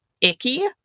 icky